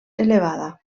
elevada